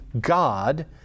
God